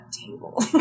table